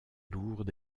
lourde